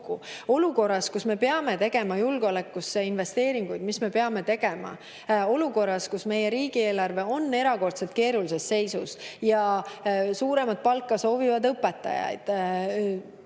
olukorras, kus me peame tegema julgeolekusse investeeringuid, olukorras, kus meie riigieelarve on erakordselt keerulises seisus ja suuremat palka soovivad õpetajad,